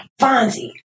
Fonzie